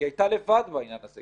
היא הייתה לבד בעניין הזה,